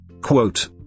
Quote